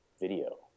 Video